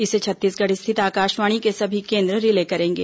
इसे छत्तीसगढ़ स्थित आकाशवाणी के सभी केंद्र रिले करेंगे